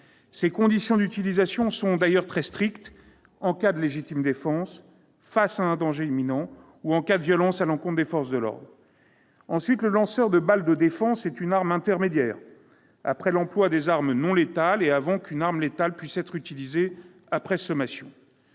Ses conditions d'utilisation sont d'ailleurs très strictes : en cas de légitime défense, face à un danger imminent ou si des violences sont exercées à l'encontre des forces de l'ordre. Ensuite, le lanceur de balles de défense est une arme intermédiaire, après l'emploi des armes non létales et avant qu'une arme létale puisse être utilisée après sommation.